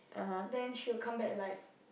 then she will come back alive